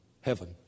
heaven